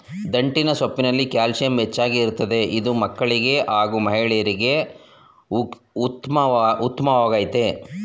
ದಂಟಿನ ಸೊಪ್ಪಲ್ಲಿ ಕ್ಯಾಲ್ಸಿಯಂ ಹೆಚ್ಚಾಗಿ ಇರ್ತದೆ ಇದು ಮಕ್ಕಳಿಗೆ ಹಾಗೂ ಮಹಿಳೆಯರಿಗೆ ಉತ್ಮವಾಗಯ್ತೆ